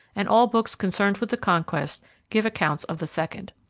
and all books concerned with the conquest give accounts of the second.